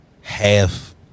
half